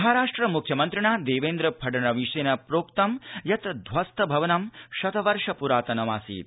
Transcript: महाराष्ट्र मुख्यमन्त्रिणा देवेन्द्र फडणवीसेन निगदितं यद् ध्वस्त भवनं शतवर्ष प्रातनमासीत्